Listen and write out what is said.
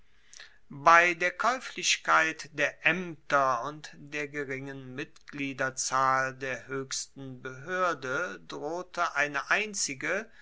bei der kaeuflichkeit der aemter und der geringen mitgliederzahl der hoechsten behoerde drohte eine einzige